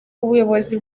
ubuyobozi